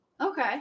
Okay